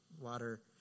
water